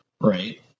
right